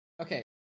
Okay